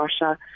Russia